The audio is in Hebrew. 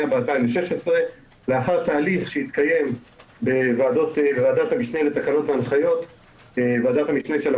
אני מתכבדת ונרגשת אפילו לפתוח את ישיבת ועדת המשנה של ועדת העבודה